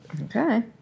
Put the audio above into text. Okay